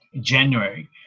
January